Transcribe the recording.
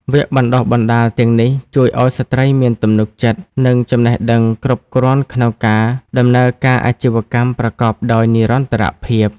វគ្គបណ្តុះបណ្តាលទាំងនេះជួយឱ្យស្ត្រីមានទំនុកចិត្ត និងចំណេះដឹងគ្រប់គ្រាន់ក្នុងការដំណើរការអាជីវកម្មប្រកបដោយនិរន្តរភាព។